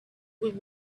would